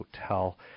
hotel